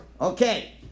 Okay